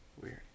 Weird